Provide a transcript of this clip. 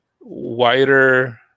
wider